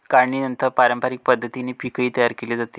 काढणीनंतर पारंपरिक पद्धतीने पीकही तयार केले जाते